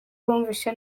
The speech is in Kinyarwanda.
bumvise